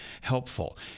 helpful